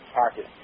pocket